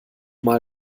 mal